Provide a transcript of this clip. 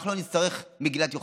אנחנו לא נצטרך מגילת יוחסין,